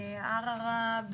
בערערה,